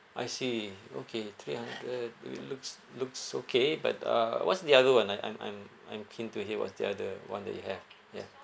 I see okay three hundred l~ looks looks okay but uh what's the other one I I'm I'm I'm keen to hear what's the other one that you have ya